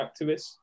activists